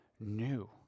new